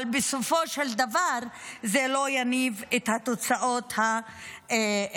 אבל בסופו של דבר זה לא יניב את התוצאות הרצויות.